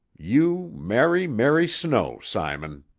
you marry mary snow, simon.